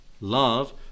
love